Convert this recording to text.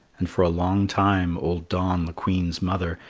and for a long time, old dawn, the queen's mother,